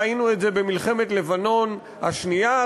ראינו את זה במלחמת לבנון השנייה,